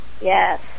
Yes